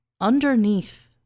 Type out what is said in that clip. underneath